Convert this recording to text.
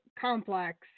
complex